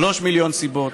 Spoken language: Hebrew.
שלושה מיליון סיבות,